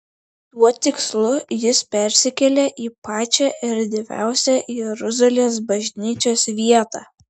tuo tikslu jis persikėlė į pačią erdviausią jeruzalės bažnyčios vietą